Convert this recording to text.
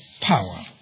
power